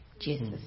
Jesus